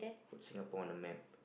Singapore on the map